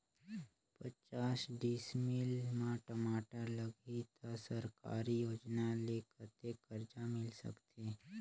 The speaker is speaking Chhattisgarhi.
पचास डिसमिल मा टमाटर लगही त सरकारी योजना ले कतेक कर्जा मिल सकथे?